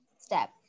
step